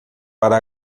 para